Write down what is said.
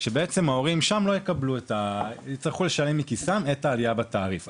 בעצם ההורים שם יצטרכו לשלם מכיסם את העלייה בתעריף.